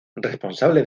responsable